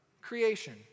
creation